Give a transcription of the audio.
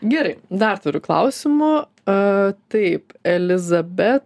gerai dar turiu klausimų a taip elizabet